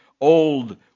old